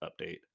update